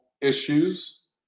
issues